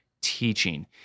teaching